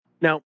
Now